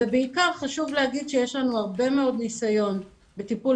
ובעיקר חשוב להגיד שיש לנו הרבה מאוד ניסיון בטיפול